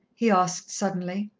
he asked suddenly.